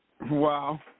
wow